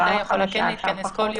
הוועדה יכולה כן להתכנס כל יום,